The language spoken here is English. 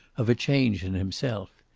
of a change in himself.